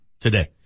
today